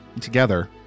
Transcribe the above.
together